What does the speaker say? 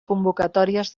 convocatòries